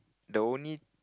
the only